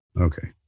okay